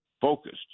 focused